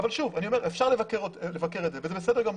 שוב, אני אומר, אפשר לבקר את זה וזה בסדר גמור.